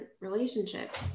relationship